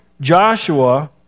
Joshua